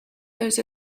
those